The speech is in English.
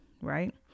right